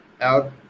out